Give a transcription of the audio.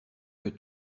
que